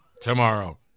Tomorrow